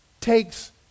takes